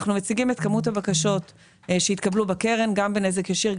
אנחנו מציגים את כמות הבקשות שהתקבלו בקרן גם בנזק ישיר,